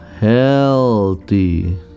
healthy